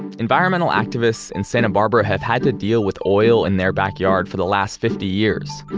environmental activists in santa barbara have had to deal with oil in their backyard for the last fifty years.